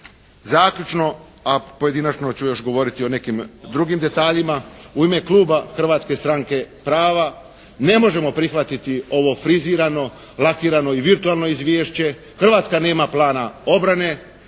zaključno a pojedinačno ću još govoriti o nekim drugim detaljima u ime Kluba Hrvatske stranke prava ne možemo prihvatiti ovo frizirano, lakirano i virtualno izvješće. Hrvatska nema plana obrane